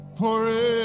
forever